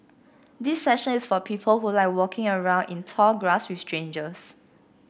this session is for people who like walking around in tall grass with strangers